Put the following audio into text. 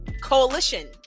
coalition